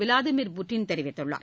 Vladimir Putin தெரிவித்துள்ளார்